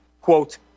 Quote